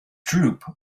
droop